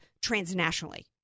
transnationally